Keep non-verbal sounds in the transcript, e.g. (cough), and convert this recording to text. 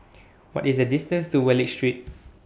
(noise) What IS The distance to Wallich Street